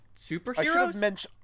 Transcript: superheroes